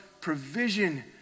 provision